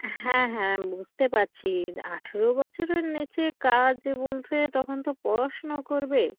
হ্যাঁ হ্যাঁ বুঝতে পাচ্ছি আঠেরো বছরের নিচে কাজ বলতে তখন তো পড়াশুনো করবে